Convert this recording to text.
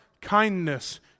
kindness